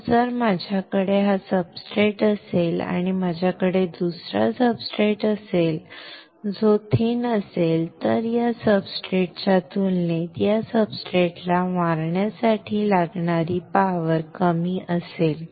तर जर माझ्याकडे हा सब्सट्रेट असेल आणि माझ्याकडे दुसरा सब्सट्रेट असेल जो पातळ असेल तर या सब्सट्रेटच्या तुलनेत या सब्सट्रेटला मारण्यासाठी लागणारी शक्ती कमी असेल